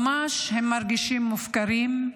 ממש הם מרגישים מופקרים.